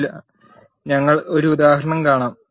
ഇതിന് ഞങ്ങൾ ഒരു ഉദാഹരണം കാണും